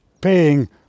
paying